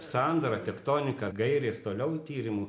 sandarą tektoniką gairės toliau tyrimų